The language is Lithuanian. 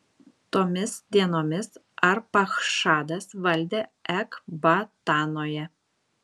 tomis dienomis arpachšadas valdė ekbatanoje